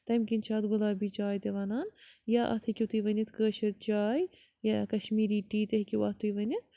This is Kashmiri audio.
تمۍ کِنۍ چھِ اَتھ گُلابی چاے تہِ وَنان یا اَتھ ہیٚکِو تُہۍ وٕنِتھ کٲشِر چاے یا کَشمیٖری ٹی تہِ ہیٚکِو اَتھ تُہۍ وٕنِتھ